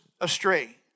astray